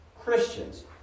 Christians